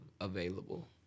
available